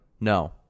no